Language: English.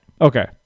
Okay